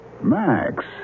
Max